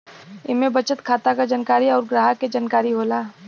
इम्मे बचत खाता क जानकारी अउर ग्राहक के जानकारी होला